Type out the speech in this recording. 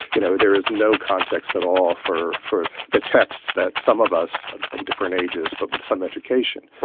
you know, there is no context at all for for the texts that some of us of different ages, but with some education,